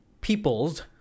peoples